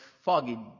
foggy